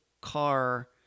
car